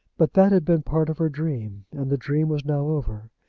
but that had been part of her dream, and the dream was now over.